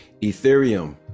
Ethereum